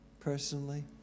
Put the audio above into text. Personally